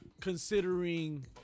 considering